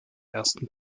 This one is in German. ersten